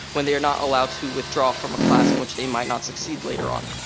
when they are not allowed to withdraw from a class in which they might not succeed later on.